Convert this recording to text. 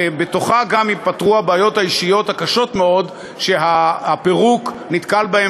ובתוכה גם ייפתרו הבעיות האישיות הקשות-מאוד שהפירוק נתקל בהן,